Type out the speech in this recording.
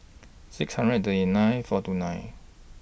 six hundred and thirty nine four two nine